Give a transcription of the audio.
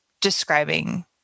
describing